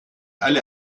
alle